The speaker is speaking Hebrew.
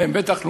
בטח,